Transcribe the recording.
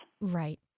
Right